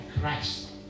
Christ